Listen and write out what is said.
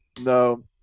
no